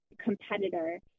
competitor